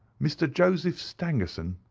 mr. joseph stangerson,